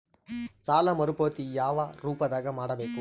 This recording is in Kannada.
ಸಾಲ ಮರುಪಾವತಿ ಯಾವ ರೂಪದಾಗ ಮಾಡಬೇಕು?